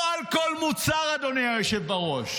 לא על כל מוצר, אדוני היושב בראש.